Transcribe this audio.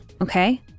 Okay